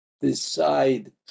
decide